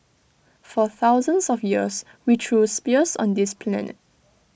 for thousands of years we threw spears on this planet